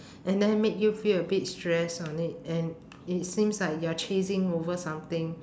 and then make you feel a bit stressed on it and it seems like you're chasing over something